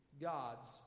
God's